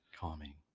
Calming